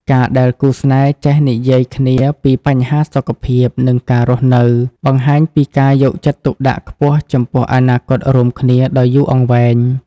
ការដែលគូស្នេហ៍ចេះ "និយាយគ្នាពីបញ្ហាសុខភាព និងការរស់នៅ" បង្ហាញពីការយកចិត្តទុកដាក់ខ្ពស់ចំពោះអនាគតរួមគ្នាដ៏យូរអង្វែង។